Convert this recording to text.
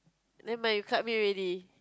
never mind you cut me already